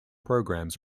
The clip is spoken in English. programs